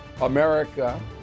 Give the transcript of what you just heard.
America